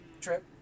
Trip